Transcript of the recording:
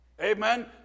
Amen